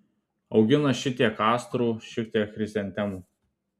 augina šiek tiek astrų šiek tiek chrizantemų